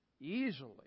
easily